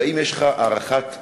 והאם יש לך הערכת זמן,